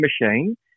machine